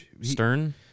Stern